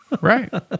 Right